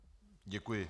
Děkuji.